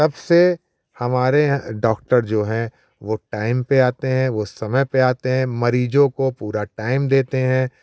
तबसे हमारे ये डाक्टर जो हैं वो टाइम से आते हैं समय पे आते हैं मरीजों को पूरा टाइम देते हैं